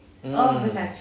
mm